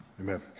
Amen